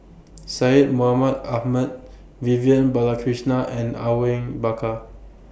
Syed Mohamed Ahmed Vivian Balakrishnan and Are Wing Bakar